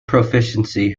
proficiency